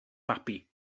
babi